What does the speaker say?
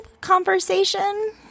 conversation